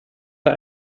der